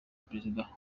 perezida